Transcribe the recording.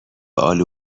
الو